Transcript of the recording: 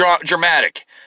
dramatic